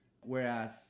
Whereas